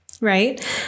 Right